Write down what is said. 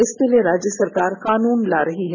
इसके लिए राज्य सरकार कानून बना रही हैं